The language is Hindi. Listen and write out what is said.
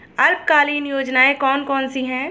अल्पकालीन योजनाएं कौन कौन सी हैं?